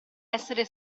essere